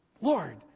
Lord